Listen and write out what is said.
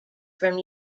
from